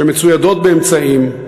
שמצוידות באמצעים,